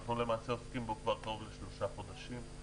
אנחנו למעשה עוסקים בו כבר קרוב לשלושה חודשים.